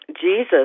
Jesus